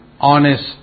honest